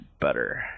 better